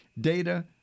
data